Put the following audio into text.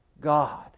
God